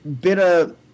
bitter